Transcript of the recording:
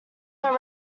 were